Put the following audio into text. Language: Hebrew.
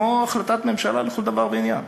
כמו החלטת ממשלה לכל דבר ועניין.